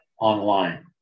online